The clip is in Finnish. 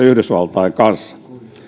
yhdysvaltain kanssa